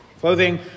clothing